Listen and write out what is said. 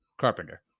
Carpenter